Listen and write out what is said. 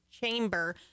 chamber